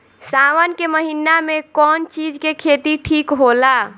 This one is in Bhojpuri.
सावन के महिना मे कौन चिज के खेती ठिक होला?